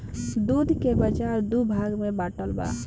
दूध के बाजार दू भाग में बाटल बा